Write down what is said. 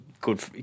good